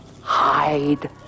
Hide